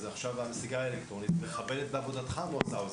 אז עכשיו הסיגריה האלקטרונית מחבלת בעבודתך עמוס האוזנר,